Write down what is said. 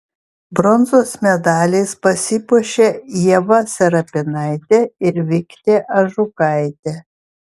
bronzos medaliais pasipuošė ieva serapinaitė ir viktė ažukaitė